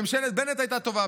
ממשלת בנט הייתה טובה.